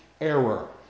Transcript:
error